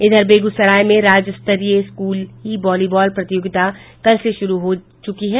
इधर बेगूसराय में राज्य स्तरीय स्कूली वॉलीबॉल प्रतियोगिता कल से शुरू हो गयी है